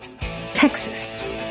Texas